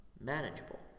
manageable